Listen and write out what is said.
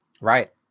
Right